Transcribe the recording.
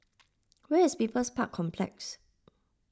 where is People's Park Complex